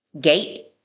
Gate